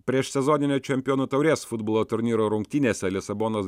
prieš sezoninio čempionų taurės futbolo turnyro rungtynėse lisabonos